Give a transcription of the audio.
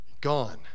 gone